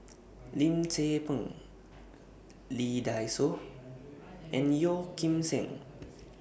Lim Tze Peng Lee Dai Soh and Yeoh Ghim Seng